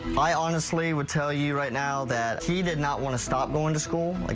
i honestly would tell you right now, that he did not want to stop going to school. like